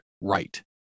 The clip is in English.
right